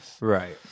right